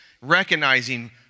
recognizing